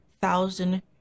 thousand